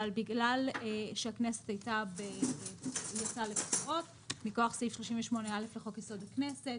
אבל בגלל שהכנסת יצאה לפגרות אז מכוח סעיף 38(א) לחוק יסוד: הכנסת,